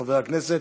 חבר הכנסת